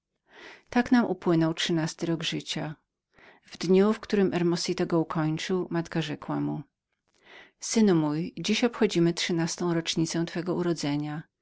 tak nam upłynął trzynasty rok życia w dniu w którym hermosito go ukończył matka rzekła mu synu mój dziś obchodziliśmy trzynastą rocznicę twego urodzenia